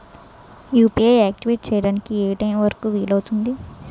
UPI activate చెయ్యడానికి ఏ time వరుకు వీలు అవుతుంది?